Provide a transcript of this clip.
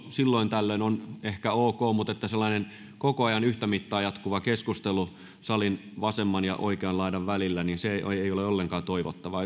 silloin tällöin on ehkä ok mutta sellainen koko ajan yhtä mittaa jatkuva keskustelu salin vasemman ja oikean laidan välillä ei ole ollenkaan toivottavaa